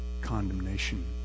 Condemnation